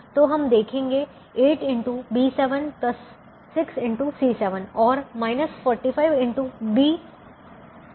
तो हम देखेंगे और 45xB11